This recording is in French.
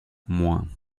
moins